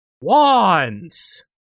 Wands